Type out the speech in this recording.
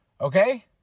Okay